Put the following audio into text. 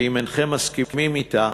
ואם אינכם מסכימים אתה,